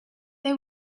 they